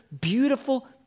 beautiful